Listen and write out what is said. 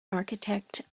architect